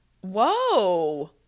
whoa